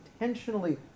intentionally